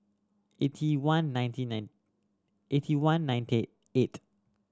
eighty one ninety nine eighty one ninety eight